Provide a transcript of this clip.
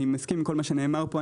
אני מסכים עם כל מה שנאמר פה,